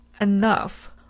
enough